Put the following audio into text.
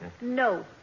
No